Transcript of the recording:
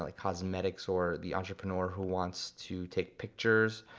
like cosmetics, or the entrepreneur who wants to take pictures,